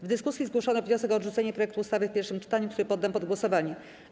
W dyskusji zgłoszono wniosek o odrzucenie projektu ustawy w pierwszym czytaniu, który poddam pod głosowanie.